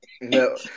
No